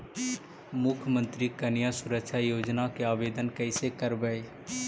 मुख्यमंत्री कन्या सुरक्षा योजना के आवेदन कैसे करबइ?